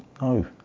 no